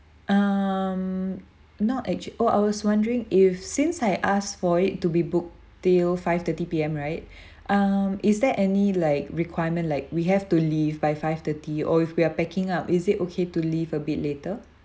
um not act~ oh I was wondering if since I asked for it to be booked till five-thirty P_M right um is there any like requirement like we have to leave by five-thirty or if we're packing up is it okay to leave a bit later